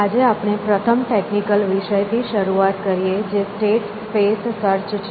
આજે આપણે પ્રથમ ટેકનિકલ વિષય થી શરૂઆત કરીએ જે સ્ટેટ સ્પેસ સર્ચ છે